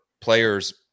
players